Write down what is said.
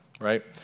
right